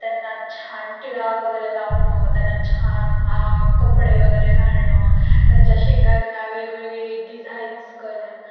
त्यांना छान टिळा वगैरे लावणं त्यांना छान कपडे वगैरे घालणं त्यांच्या शिंगांना वेगवेगळी डिझाईन्स करणं